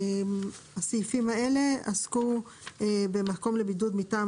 22כט עד 22ל הסעיפים האלה עסקו במקום לבידוד מטעם